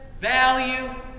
Value